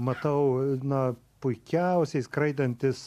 matau na puikiausiai skraidantis